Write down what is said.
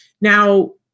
Now